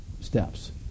steps